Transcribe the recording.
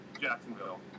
Jacksonville